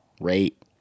rate